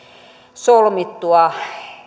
solmittua